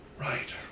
Right